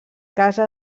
casa